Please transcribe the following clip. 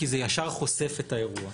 כי זה ישר חושף את האירוע.